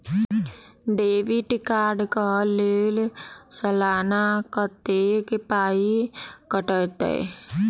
Debit card कऽ लेल सलाना कत्तेक पाई कटतै?